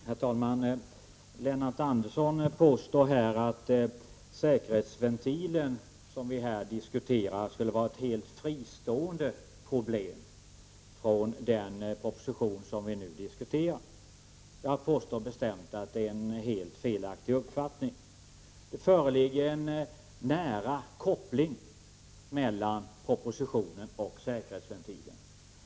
Herr talman! Lennart Andersson påstår att den säkerhetsventil som vi här talar om skulle vara ett problem som är helt fristående från den proposition som vi nu diskuterar. Jag påstår bestämt att det är en helt felaktig uppfattning. Det finns en nära koppling mellan propositionen och säkerhetsventilen.